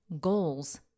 goals